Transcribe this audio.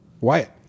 Wyatt